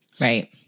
right